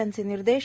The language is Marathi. यांचे निर्देश